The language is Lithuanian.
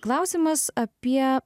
klausimas apie